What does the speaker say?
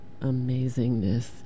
amazingness